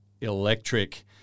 electric